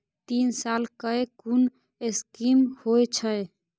तीन साल कै कुन स्कीम होय छै?